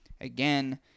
Again